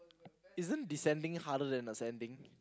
isn't descending harder than ascending